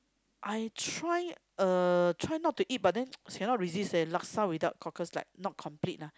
I try uh try not to eat but then cannot resist leh laksa without cockles like not complete lah